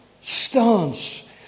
stance